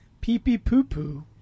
Pee-pee-poo-poo